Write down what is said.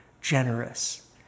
generous